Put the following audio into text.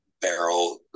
barrel